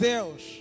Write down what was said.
Deus